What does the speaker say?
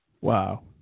Wow